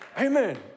Amen